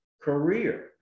career